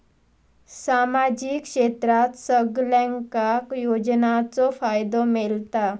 सामाजिक क्षेत्रात सगल्यांका योजनाचो फायदो मेलता?